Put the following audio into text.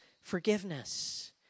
forgiveness